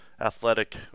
athletic